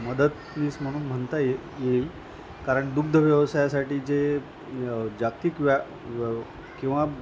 मदतनीस म्हणून म्हणता ये येईल कारण दुग्ध व्यवसायासाठी जे जागतिक व्या किंवा